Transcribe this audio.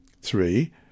Three